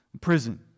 Prison